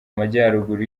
majyaruguru